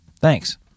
Thanks